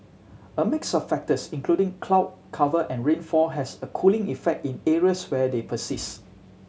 a mix of factors including cloud cover and rainfall has a cooling effect in areas where they persist